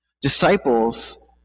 Disciples